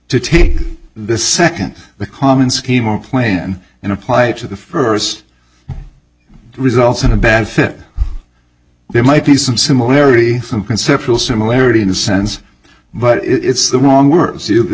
to take this second the common scheme or plan and apply it to the first results in a bad fit there might be some similarity some concerts will similarity in the sense but it's the wrong word